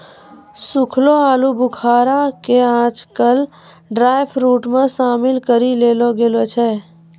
सूखलो आलूबुखारा कॅ आजकल ड्रायफ्रुट मॅ शामिल करी लेलो गेलो छै